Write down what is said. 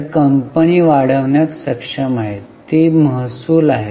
तर कंपनी वाढविण्यात सक्षम आहे ती महसूल आहे